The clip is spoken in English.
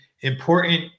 important